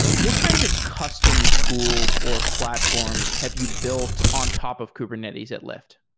what kinds of custom tools or platforms have you built on top of kubernetes at lyft?